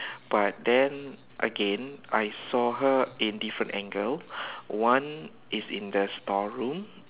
but then again I saw her in different angle one is in the store room